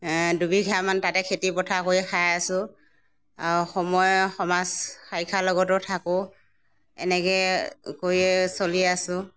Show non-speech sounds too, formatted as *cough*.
দুবিঘামান তাতে খেতি পথাৰ কৰি খাই আছোঁ আৰু সময়ে সমাজ *unintelligible* লগতো থাকোঁ এনেকৈ কৰিয়ে চলি আছোঁ